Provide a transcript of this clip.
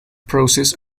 process